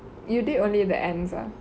you did only the ends ah